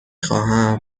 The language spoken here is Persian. خواهم